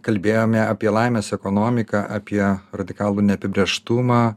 kalbėjome apie laimės ekonomiką apie radikalų neapibrėžtumą